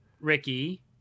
Ricky